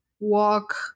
Walk